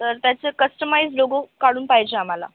तर त्याचं customised logo काढून पाहिजे आम्हाला